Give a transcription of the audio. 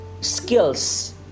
skills